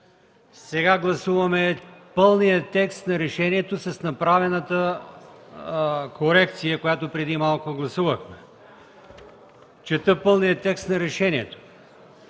Ще гласуваме пълния текст на решението с направената корекция, която преди малко гласувахме. Чета пълния текст на решението: